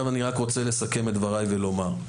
אני רק רוצה לסכם את דבריי ולומר: